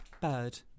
bird